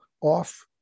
off